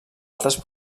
altres